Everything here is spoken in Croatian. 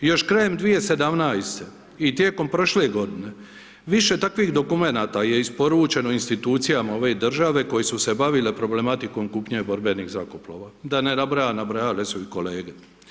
Još krajem 2017. i tijekom prošle godine, više takvih dokumenata je isporučeno institucijama ove države koje su se bavile problematikom kupnje borbenih zrakoplova, da ne nabrajam, nabrajale su i kolege.